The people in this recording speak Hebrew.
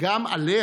האם אלה